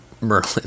merlin